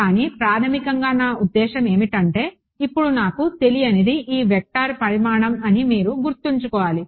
కానీ ప్రాథమికంగా నా ఉద్దేశ్యం ఏమిటంటే ఇప్పుడు నాకు తెలియనిది ఈ వెక్టర్ పరిమాణం అని మీరు గుర్తుంచుకోవాలి